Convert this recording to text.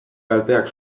kalteak